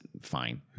fine